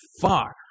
far